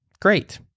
great